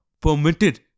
permitted